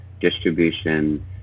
distribution